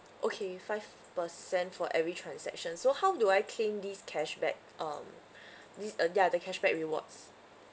okay five percent for every transaction so how do I claim this cashback um this uh ya the cashback rewards